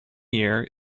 year